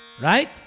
right